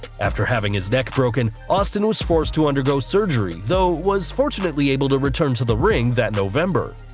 after having his neck broken, austin was forced to undergo surgery, though was fortunately able to return to the ring that november.